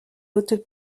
hautes